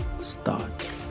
start